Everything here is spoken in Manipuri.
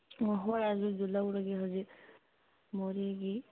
ꯑꯣ ꯍꯣꯏ ꯑꯗꯨꯖꯨ ꯂꯧꯔꯒꯦ ꯍꯧꯖꯤꯛ ꯃꯣꯔꯦꯒꯤ